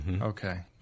Okay